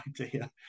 idea